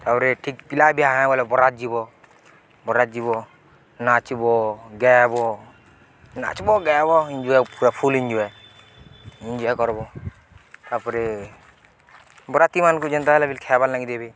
ତାପରେ ଠିକ ପିଲା ବି ହଁ ବୋଇଲେ ବରାତ୍ ଯିବ ବରାତ୍ ଯିବ ନାଚିବ ଗାଇବ ନାଚିବ ଗାଏବ ଏଞ୍ଜୟ ପୁରା ଫୁଲ୍ ଏଞ୍ଜୟ ଏଞ୍ଜୟ କରିବ ତାପରେ ବରାତିମାନଙ୍କୁ ଯେନ୍ତା ହେଲେ ବି ଖାଇବାର୍ ଲାଗି ଦେବେ